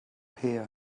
here